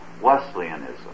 Wesleyanism